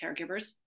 caregivers